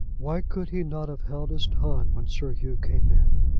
why could he not have held his tongue when sir hugh came in,